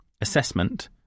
Assessment